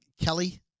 Kelly